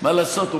שמה לעשות,